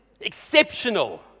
exceptional